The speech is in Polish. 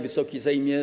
Wysoki Sejmie!